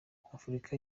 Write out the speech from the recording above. afurika